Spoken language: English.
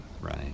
Right